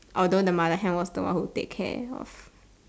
although the mother Hen was the one who take care of